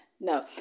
No